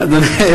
שאמה,